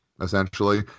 essentially